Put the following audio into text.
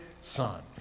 Son